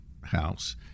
house